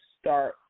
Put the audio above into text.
start